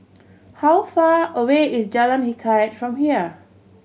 how far away is Jalan Hikayat from here